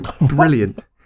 brilliant